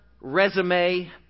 resume